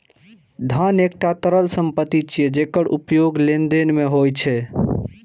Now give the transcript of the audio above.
धन एकटा तरल संपत्ति छियै, जेकर उपयोग लेनदेन मे होइ छै